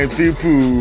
people